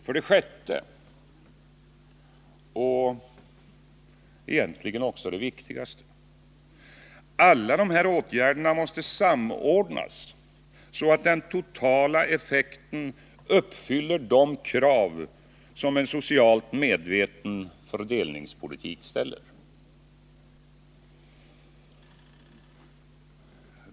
För det sjätte — vilket egentligen är det viktigaste — måste alla de här åtgärderna samordnas så att den totala effekten uppfyller de krav som en socialt medveten fördelningspolitik ställer.